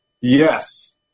Yes